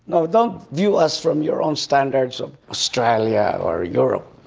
now, don't view us from your own standards of australia or europe.